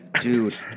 Dude